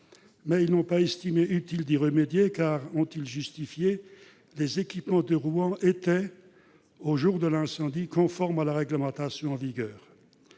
Mais ils n'ont pas estimé utile de réagir, car selon eux « les équipements de Rouen étaient, au jour de l'incendie, conformes à la réglementation en vigueur